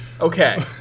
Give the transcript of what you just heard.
Okay